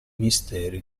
misteri